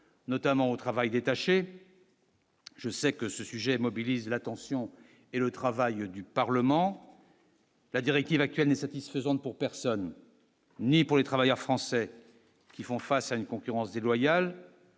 notamment au travail détaché. Je sais que ce sujet mobilise l'attention et le travail du Parlement. La directive actuelle n'est satisfaisante pour personne, ni pour les travailleurs français qui font face à une concurrence déloyale.